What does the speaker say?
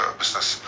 business